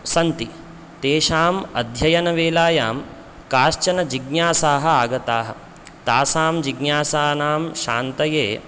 सन्ति तेषाम् अध्ययनवेलायां काश्चन जिज्ञासाः आगताः तासां जिज्ञासानां शान्तये